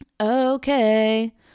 okay